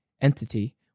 entity